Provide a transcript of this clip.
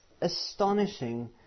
astonishing